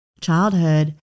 childhood